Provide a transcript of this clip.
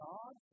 God